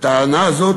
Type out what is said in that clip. לטענה זו,